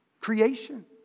creation